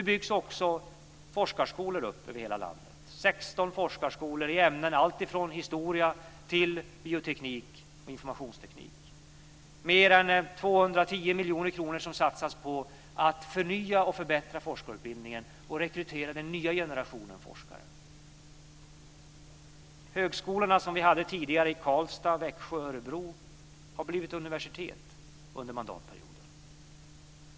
Nu byggs också forskarskolor upp över hela landet, 16 forskarskolor i ämnena alltifrån historia till bioteknik och informationsteknik. Mer än 210 miljoner kronor satsas på att förnya och förbättra forskarutbildningen och på att rekrytera den nya generationen forskare. Högskolorna som vi tidigare hade i Karlstad, Växjö och Örebro har blivit universitet under mandatperioden.